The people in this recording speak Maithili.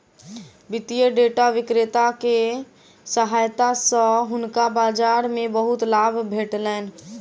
वित्तीय डेटा विक्रेता के सहायता सॅ हुनका बाजार मे बहुत लाभ भेटलैन